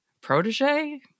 protege